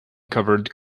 covered